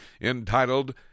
entitled